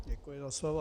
Děkuji za slovo.